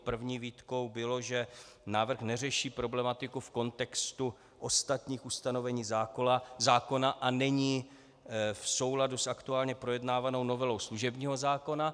První výtkou bylo, že návrh neřeší problematiku v kontextu ostatních ustanovení zákona a není v souladu s aktuálně projednávanou novelou služebního zákona.